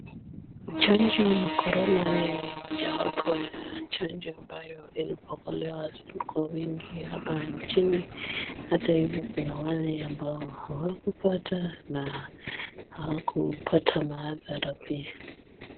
Chanjo la korona ni mojawapo ya chanjo ambayo iliokolea kwa wingi hapa nchini. Hata hivo kuna wale ambao hawakupata na hawakupata madhara pia.